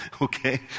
Okay